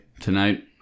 tonight